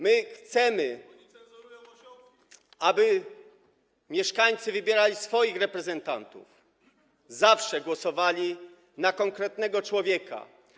My chcemy, aby mieszkańcy wybierali swoich reprezentantów, zawsze głosowali na konkretnego człowieka.